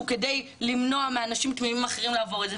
כדי למנוע מאנשים תמימים אחרים לעבור את זה.